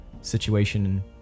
situation